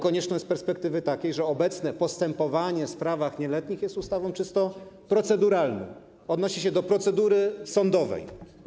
Konieczność jest z perspektywy takiej, że obecna ustawa o postępowaniu w sprawach nieletnich jest ustawą czysto proceduralną, odnosi się do procedury sądowej.